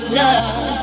love